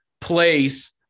place